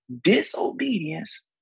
Disobedience